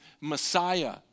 Messiah